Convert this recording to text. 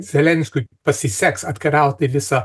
zelenskiui pasiseks atkariauti visą